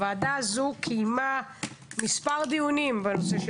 הוועדה הזו קיימה מספר דיונים בנושא של